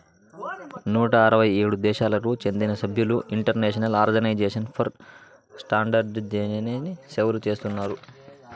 నూట అరవై ఏడు దేశాలకు చెందిన సభ్యులు ఇంటర్నేషనల్ ఆర్గనైజేషన్ ఫర్ స్టాండర్డయిజేషన్ని సేవలు చేస్తున్నారు